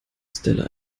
stella